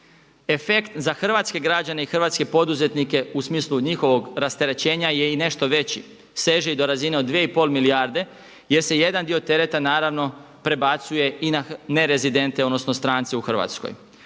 Efekt za hrvatske građane i hrvatske poduzetnike u smislu njihovog rasterećenja je i nešto veći seže i do razine od 2,5 milijarde jer se jedan dio tereta naravno prebacuje i na nerezidente odnosno strance u Hrvatskoj.